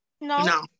No